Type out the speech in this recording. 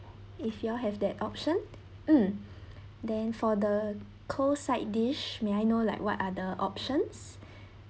if you have that option mm then for the cold side dish may I know like what are the options